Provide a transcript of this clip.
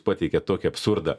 pateikėt tokį absurdą